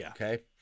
Okay